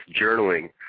journaling